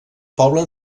poble